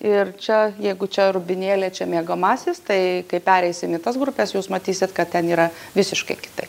ir čia jeigu čia rūbinėlė čia miegamasis tai kaip pereisim į tas grupes jūs matysit kad ten yra visiškai kitaip